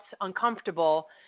uncomfortable